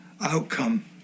outcome